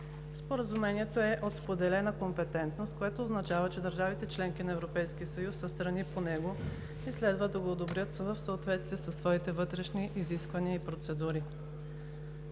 Споразумението е от споделена компетентност, което означава, че държавите – членки на Европейския съюз, са страни по него и следва да го одобрят в съответствие със своите вътрешни изисквания и процедури.